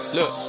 Look